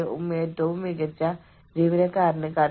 സമ്മർദ്ദം വന്നേക്കാവുന്ന വിവിധ ദിശകൾ എന്തെല്ലാമാണെന്ന് നോക്കാം